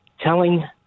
telling